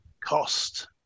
cost